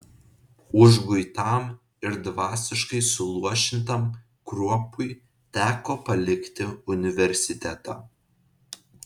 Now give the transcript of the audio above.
užguitam ir dvasiškai suluošintam kruopui teko palikti universitetą